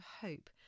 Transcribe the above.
hope